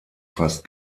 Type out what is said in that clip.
fast